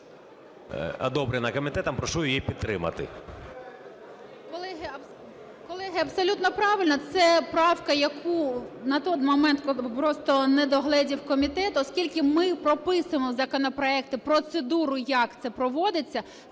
Колеги, абсолютно правильно, це правка, яку на той момент просто недогледів комітет, оскільки ми прописуємо в законопроекті процедуру, як це проводиться.